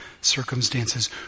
circumstances